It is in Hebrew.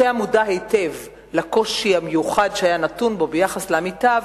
שהיה מודע היטב לקושי המיוחד שהיה נתון בו ביחס לעמיתיו,